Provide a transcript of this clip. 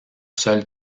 seul